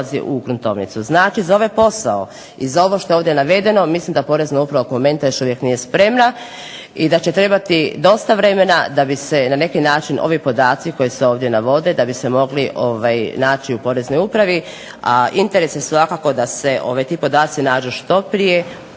Znači za ovaj posao i za ovo što je ovdje navedeno mislim da Porezna uprava ovog momenta još uvijek nije spremna i da će trebati dosta vremena da bi se na neki način ovi podaci koji se ovdje navode da bi se mogli naći u Poreznoj upravi. A interes je svakako da se ti podaci nađu što prije